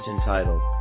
entitled